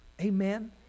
Amen